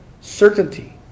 certainty